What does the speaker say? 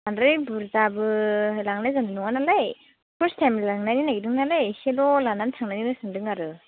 बांद्राय बुरजाबो लांनाय जानाय नङानालाय फार्स्ट थाइम लांनायनो नागिरदों नालाय एसेल' लानानै थांनायनो सानदों आरो